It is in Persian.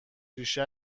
ریشه